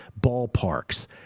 ballparks